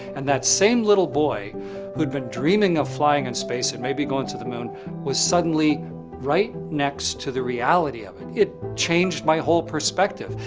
and that same little boy who'd been dreaming of flying in and space and maybe going to the moon was suddenly right next to the reality of it. it changed my whole perspective.